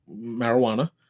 marijuana